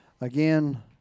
again